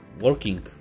working